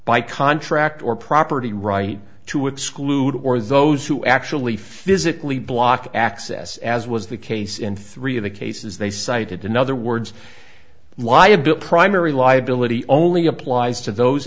by contract or property right to exclude or those who actually physically block access as was the case in three of the cases they cited in other words liability primary liability only applies to those